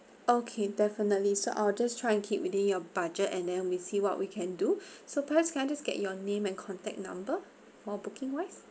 okay definitely so I will just try keep within your budget and then we see what we can do so perhaps can I just get your name and contact number for booking wise